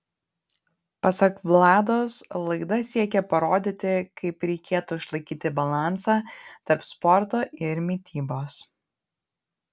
pasak vlados laida siekia parodyti kaip reikėtų išlaikyti balansą tarp sporto ir mitybos